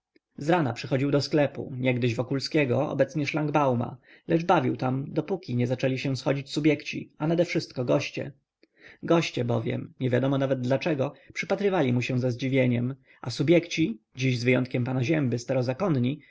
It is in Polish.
niewiele zrana przychodził do sklepu niegdyś wokulskiego obecnie szlangbauma lecz bawił tam dopóki nie zaczęli się schodzić subjekci a nadewszystko goście goście bowiem niewiadomo nawet dlaczego przypatrywali mu się ze zdziwieniem a subjekci dziś z wyjątkiem pana zięby